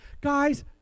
Guys